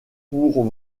pour